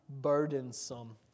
burdensome